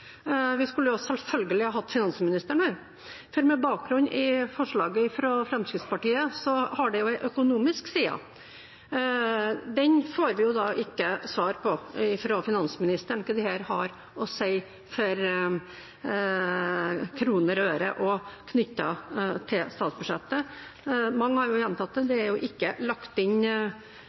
vi én: Vi skulle selvfølgelig hatt finansministeren her. For forslaget fra Fremskrittspartiet har jo en økonomisk side, og den får vi jo ikke svar på fra finansministeren, hva dette har å si i kroner og øre, også knyttet til statsbudsjettet. Mange har gjentatt at det ikke er lagt inn